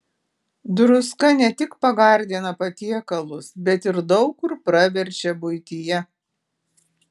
druska ne tik pagardina patiekalus bet ir daug kur praverčia buityje